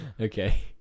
Okay